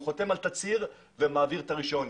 הוא חותם על תצהיר ומעביר את הרישיון.